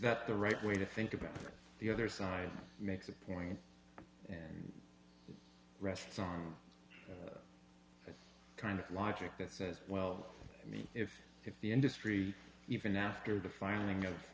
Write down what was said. that the right way to think about the other side makes a point and rests on kind of logic that says well me if if the industry even after the filing of